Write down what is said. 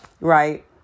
Right